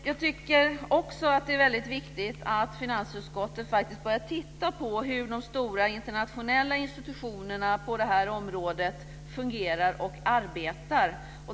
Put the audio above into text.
Jag tycker också att det är väldigt viktigt att finansutskottet faktiskt börjar titta på hur de stora internationella institutionerna på det här området fungerar och arbetar.